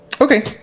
Okay